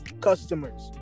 customers